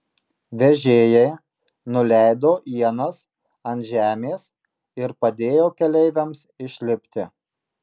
vežėjai nuleido ienas ant žemės ir padėjo keleiviams išlipti